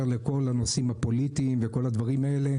לכל הנושאים הפוליטיים וכל הדברים האלה,